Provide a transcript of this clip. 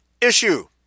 issue